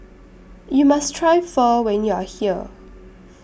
YOU must Try Pho when YOU Are here